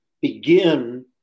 begin